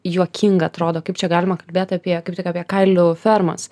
juokinga atrodo kaip čia galima kalbėt apie kaip tik apie kailių fermas